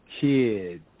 kids